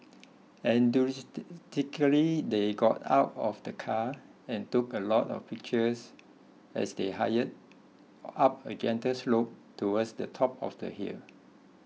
enthusiastically they got out of the car and took a lot of pictures as they hire up a gentle slope towards the top of the hill